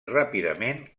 ràpidament